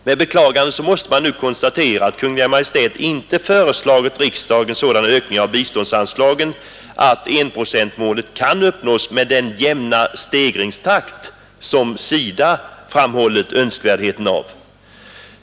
Med beklagande måste man nu konstatera att Kungl. Maj:t inte föreslagit riksdagen sådana ökningar av biståndsanslagen att enprocentsmålet kan uppnås med den jämna stegringstakt som SIDA framhållit önskvärdheten av.